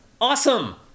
awesome